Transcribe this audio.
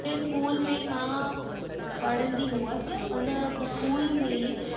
ऐं स्कूल में मां पढ़ंदी हुअससि उन स्कूल में